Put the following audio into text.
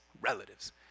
relatives